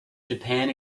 japan